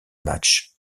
match